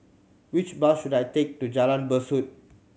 which bus should I take to Jalan Besut